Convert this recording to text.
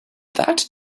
that